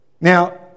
now